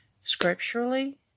Scripturally